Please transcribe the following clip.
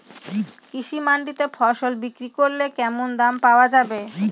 কৃষি মান্ডিতে ফসল বিক্রি করলে কেমন দাম পাওয়া যাবে?